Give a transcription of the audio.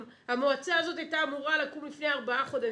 המועצה הזאת הייתה אמורה לקום לפני ארבעה חודשים.